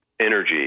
energy